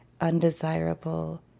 undesirable